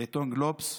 בעיתון גלובס,